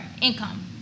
income